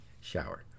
shower